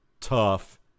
tough